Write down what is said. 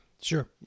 sure